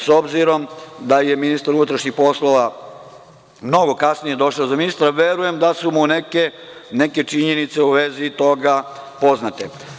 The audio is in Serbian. Sobzirom da je ministar unutrašnjih poslova mnogo kasnije došao za ministra verujem da su mu neke činjenice u vezi toga poznate.